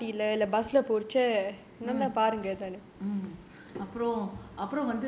mm mm mm